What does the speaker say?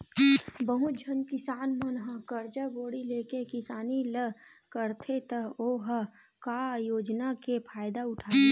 बहुत झन किसान मन ह करजा बोड़ी लेके किसानी ल करथे त ओ ह का योजना के फायदा उठाही